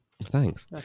Thanks